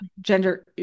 gender